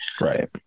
right